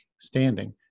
standing